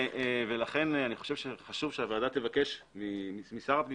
אני חושב שחשוב שהוועדה תבקש משר הפנים